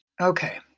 Okay